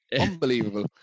unbelievable